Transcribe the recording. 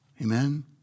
Amen